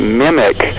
mimic